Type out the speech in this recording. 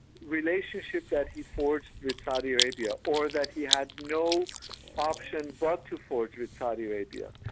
relationship that he forged with saudi arabia or that he had no option but to forge with saudi arabia,